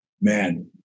man